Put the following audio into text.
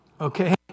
Okay